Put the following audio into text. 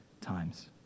times